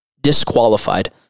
disqualified